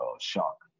shock